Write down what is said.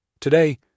Today